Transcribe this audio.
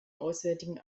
auswärtigen